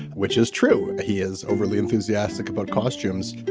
which is true. he is overly enthusiastic about costumes.